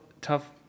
tough